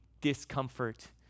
discomfort